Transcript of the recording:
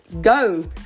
go